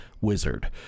wizard